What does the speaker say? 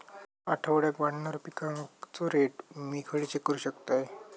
आठवड्याक वाढणारो पिकांचो रेट मी खडे चेक करू शकतय?